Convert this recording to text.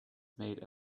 made